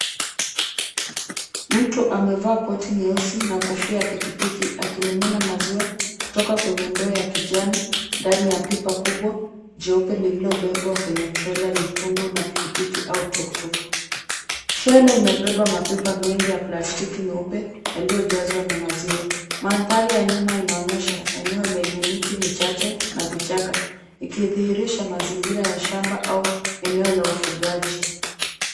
Mtu amevaa koti nyeusi na kofia ya pikipiki akimimina maziwa kutoka kwenye ndoo ya kijani ndani ya pipa kubwa jeupe lililobebwa kwenye trela nyekundu na pikipiki au tuktuk . Trela imebeba mapipa mengi ya plastiki meupe yaliyojazwa na maziwa. Mandhari ya nyuma inaonyesha eneo lenye miti michache na vichaka ikidhihirisha mazingira ya shamba au eneo la ufugaji.